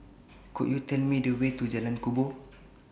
Could YOU Tell Me The Way to Jalan Kubor